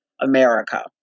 America